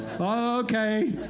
Okay